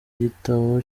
igitabo